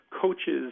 coaches